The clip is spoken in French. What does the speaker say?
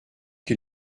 que